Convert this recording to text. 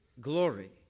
glory